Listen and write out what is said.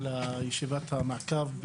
על ישיבת המעקב,